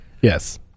Yes